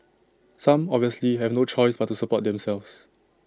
some obviously have no choice but to support themselves